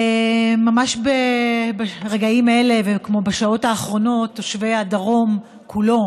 ממש ברגעים אלה ובשעות האחרונות תושבי הדרום כולו